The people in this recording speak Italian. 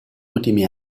ultimi